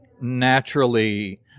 naturally